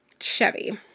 Chevy